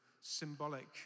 symbolic